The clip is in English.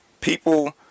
people